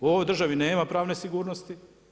U ovoj državi nema pravne sigurnosti.